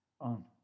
on